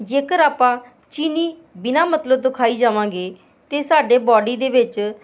ਜੇਕਰ ਆਪਾਂ ਚੀਨੀ ਬਿਨਾਂ ਮਤਲਬ ਤੋੋਂ ਖਾਈ ਜਾਵਾਂਗੇ ਤਾਂ ਸਾਡੇ ਬਾਡੀ ਦੇ ਵਿੱਚ